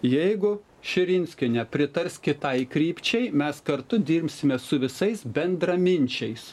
jeigu širinskienė pritars kitai krypčiai mes kartu dirbsime su visais bendraminčiais